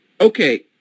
okay